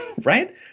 right